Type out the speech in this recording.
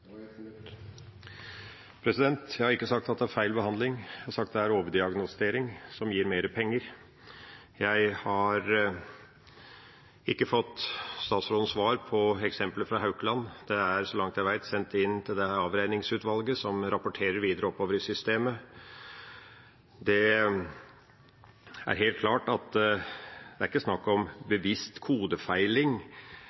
sagt at det er en overdiagnostisering som gir mer penger. Jeg har ikke fått statsrådens svar på eksemplet fra Haukeland. Det er, så langt jeg vet, sendt inn til Avregningsutvalget, som rapporterer videre oppover i systemet. Det er helt klart at det er ikke snakk om